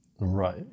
Right